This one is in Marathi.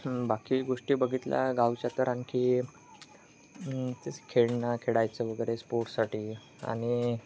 बाकी गोष्टी बघितल्या गावच्या तर आणखी तेच खेळणं खेळायचं वगैरे स्पोर्टसाठी आणि